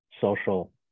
social